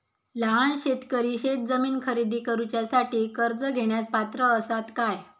लहान शेतकरी शेतजमीन खरेदी करुच्यासाठी कर्ज घेण्यास पात्र असात काय?